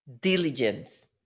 diligence